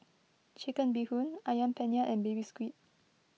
Chicken Bee Hoon Ayam Penyet and Baby Squid